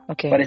Okay